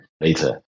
later